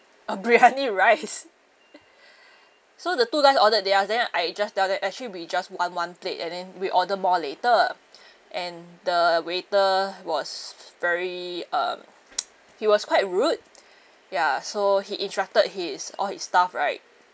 uh briyani rice so the two guys ordered theirs then I just tell them actually we just want one plate and then we order more later and the waiter was very uh he was quite rude ya so he instructed his all his staff right